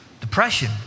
depression